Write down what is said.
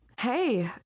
Hey